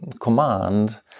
command